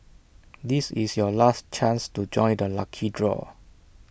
this is your last chance to join the lucky draw